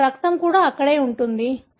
అతని రక్తం కూడా అక్కడే ఉంటుంది